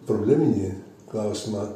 probleminį klausimą